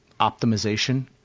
optimization